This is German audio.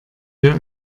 wir